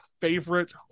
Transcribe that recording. favorite